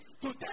Today